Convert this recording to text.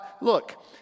look